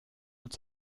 uns